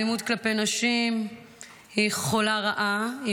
האלימות כלפי נשים היא חולה רעה,